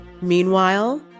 Meanwhile